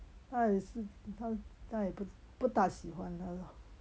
她也是她她也不不大喜欢她说